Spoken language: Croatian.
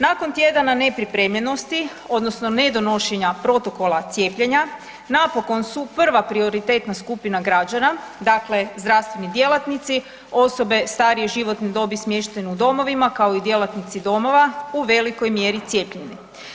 Nakon tjedana nepripremljenosti odnosno ne donošenja protokola cijepljenja napokon su prva prioritetna skupina građana, dakle zdravstveni djelatnici, osobe starije životne dobi smještene u domovima, kao i djelatnici domova u velikoj mjeri cijepljeni.